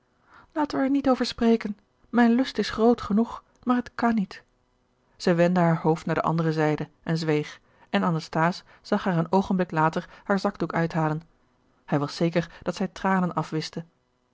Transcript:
laten we er niet over spreken mijn lust is groot genoeg maar het kan niet zij wendde haar hoofd naar de andere zijde en zweeg en anasthase zag haar een oogenblik later haar zakdoek uithalen hij was zeker dat zij tranen afwischte